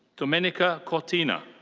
domenica cortina.